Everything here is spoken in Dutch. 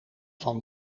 van